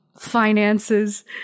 finances